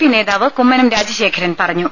P നേതാവ് കുമ്മനം രാജശേഖരൻ പറഞ്ഞു